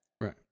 Right